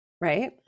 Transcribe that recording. Right